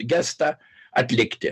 gestą atlikti